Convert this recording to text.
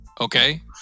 Okay